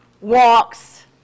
walks